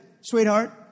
sweetheart